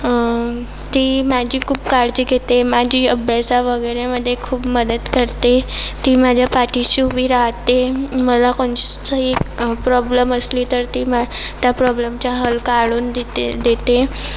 ती माझी खूप काळजी घेते माझी अभ्यासा वगैरे मध्ये खूप मदत करते ती माझ्या पाठीशी उभी राहते मला कोणताही प्रॉब्लेम असली तर ती मला त्या प्रॉब्लेमचा हल काढून देते देते